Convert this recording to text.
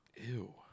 Ew